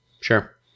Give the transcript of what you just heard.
Sure